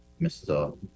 Mr